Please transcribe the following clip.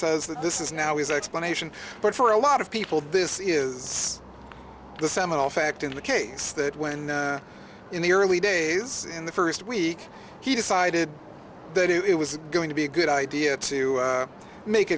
says that this is now his explanation but for a lot of people this is the seminal fact in the case that when in the early days in the first week he decided that it was going to be a good idea to make